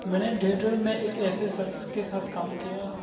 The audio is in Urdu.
میں نے ٹھئیٹر میں ایک ایسے شخص کے ساتھ کام کیا